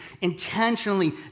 intentionally